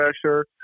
pressure